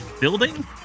building